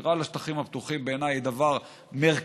שמירה על השטחים הפתוחים, בעיניי, היא דבר מרכזי.